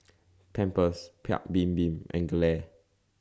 Pampers Paik's Bibim and Gelare